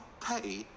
pay